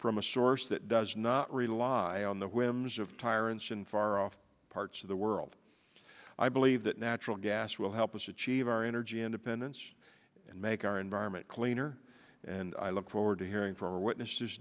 from a source that does not rely on the whims of tyrants in far off parts of the world i believe that natural gas will help us achieve our energy independence and make our environment cleaner and i look forward to hearing for witnesses